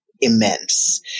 immense